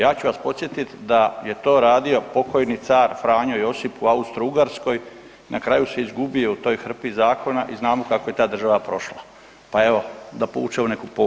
Ja ću vas podsjetit da je to radio pokojni car Franjo Josip u Austro-Ugarskoj, na kraju se izgubio u toj hrpi zakona i znamo kako je ta država prošla, pa evo da povučemo neku pouku.